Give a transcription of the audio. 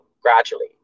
gradually